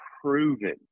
proven